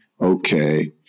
okay